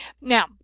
now